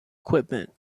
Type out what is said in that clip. equipment